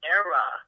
era